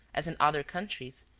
as in other countries,